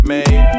Made